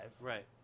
right